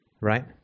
right